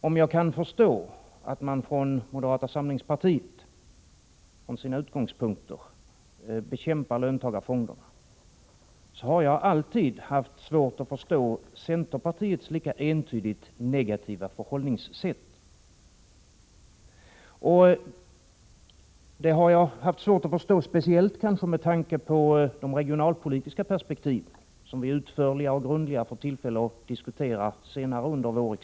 Om jag kan förstå att man i moderata samlingspartiet från sina utgångspunkter bekämpar löntagarfonderna, så har jag alltid haft svårt att förstå centerpartiets lika entydigt negativa förhållningssätt — speciellt med tanke på de regionalpolitiska perspektiven, som vi får tillfälle att diskutera utförligare och grundligare senare under våren.